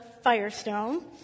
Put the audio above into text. Firestone